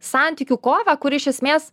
santykių kovą kuri iš esmės